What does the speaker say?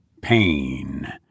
pain